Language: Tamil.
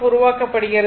உருவாக்கப்படுகிறது